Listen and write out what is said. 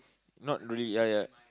not really ya ya